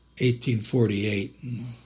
1848